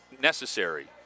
necessary –